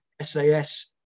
SAS